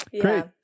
Great